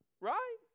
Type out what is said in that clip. Right